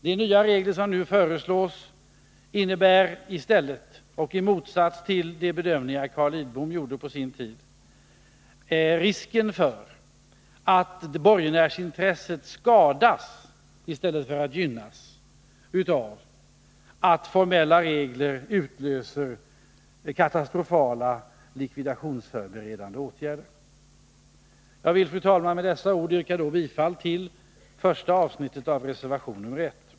De nya regler som nu föreslås innebär — i motsats till de bedömningar som Carl Lidbom på sin tid gjorde — en risk för att borgenärsintresset skadas i stället för att gynnas av att formella regler utlöser katastrofala likvidationsförberedande åtgärder. Jag vill, fru talman, med dessa ord yrka bifall till första avsnittet av reservation nr 1.